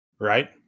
Right